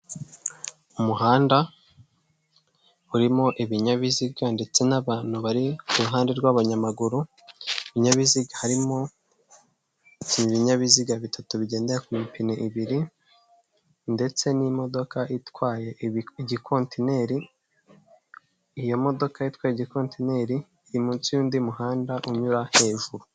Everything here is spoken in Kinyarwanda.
Umuhanda urimo ibinyabiziga ndetse n'abantu bari kuruhande rw'abanyamaguru .Ibinyabiziga harimo ibinyabiziga bitatu bigendera ku mipine ibiri ndetse n'imodoka itwaye igikonteri, iyo modoka itwaye igi konteneri iri munsi y'undi muhanda unyura hejuru.